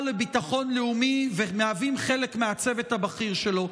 לביטחון לאומי ומהווים חלק מהצוות הבכיר שלו.